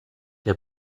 der